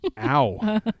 ow